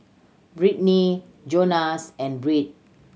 Brittnie Jonas and Britt